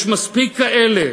יש מספיק כאלה